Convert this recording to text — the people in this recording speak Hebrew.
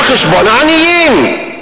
על חשבון העניים.